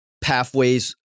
pathways